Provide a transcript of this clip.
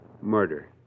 Murder